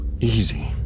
Easy